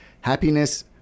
happiness